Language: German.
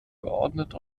geordnet